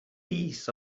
teeth